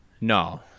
No